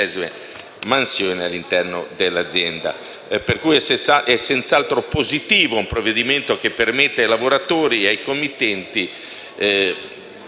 Grazie